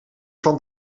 van